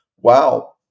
wow